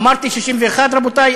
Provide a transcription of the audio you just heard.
אמרתי 61, רבותי?